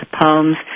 poems